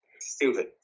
stupid